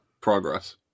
Progress